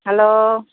hello